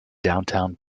downtown